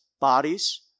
bodies